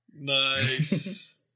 Nice